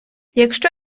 якщо